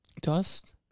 Dust